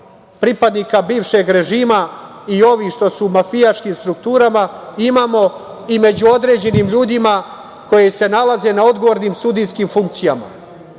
pripadnika bivšeg režima i ovih što su u mafijaškim strukturama, imamo i među određenim ljudima koji se nalaze na odgovornim sudijskim funkcijama. Nije